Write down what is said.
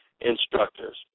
instructors